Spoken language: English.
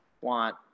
want